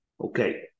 Okay